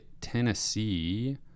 tennessee